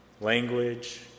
language